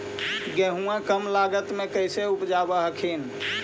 गेहुमा कम लागत मे कैसे उपजाब हखिन?